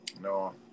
No